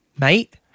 mate